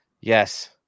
yes